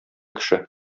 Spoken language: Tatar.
кеше